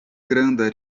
granda